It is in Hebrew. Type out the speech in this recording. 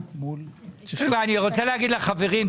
חברים,